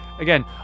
again